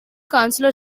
counselor